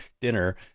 dinner